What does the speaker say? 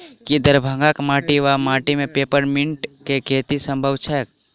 की दरभंगाक माटि वा माटि मे पेपर मिंट केँ खेती सम्भव छैक?